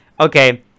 okay